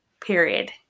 period